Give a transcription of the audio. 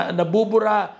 nabubura